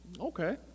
Okay